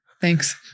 Thanks